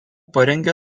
parengė